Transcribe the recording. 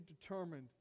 determined